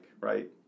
Right